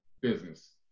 business